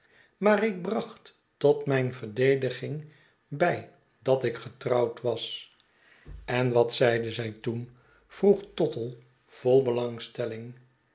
maar ik bracht tot mijn verdediging bij dat ik getrouwd was en wat zeide zij toen vroeg tottle vol belangstelling